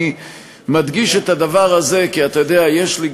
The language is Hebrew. אני מדגיש את הדבר הזה כי יש לי,